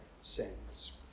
sins